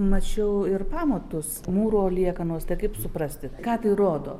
mačiau ir pamatus mūro liekanos tai kaip suprasti ką tai rodo